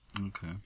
Okay